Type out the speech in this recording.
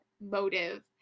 motive